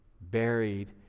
Buried